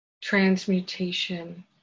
transmutation